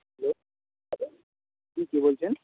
hello কী কে বলছেন